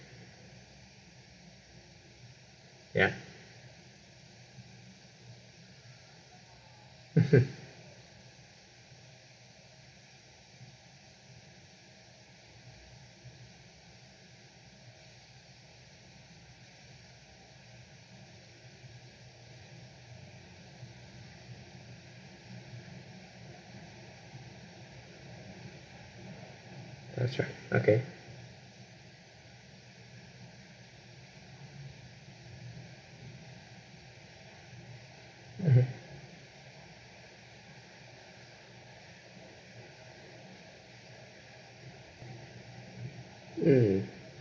ya mmhmm that's right okay mmhmm mm